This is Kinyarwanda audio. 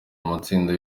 amatsinda